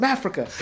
Africa